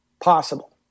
possible